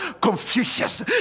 Confucius